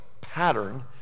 pattern